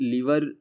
Liver